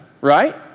Right